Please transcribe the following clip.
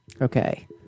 Okay